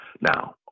Now